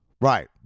Right